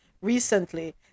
recently